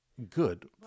Good